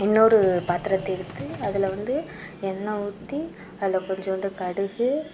இன்னொரு பாத்தரத்தை எடுத்து அதில் வந்து எண்ணெய் ஊற்றி அதில் கொஞ்சூண்டு கடுகு